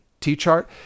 t-chart